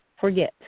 forget